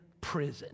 prison